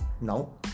No